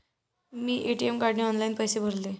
मी ATM कार्डने online पैसे भरले